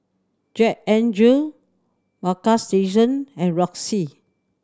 Jack N Jill Bagstationz and Roxy